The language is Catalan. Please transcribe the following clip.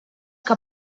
que